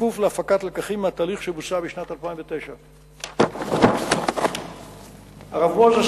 בכפוף להפקת לקחים מהתהליך שבוצע בשנת 2009. הרב מוזס,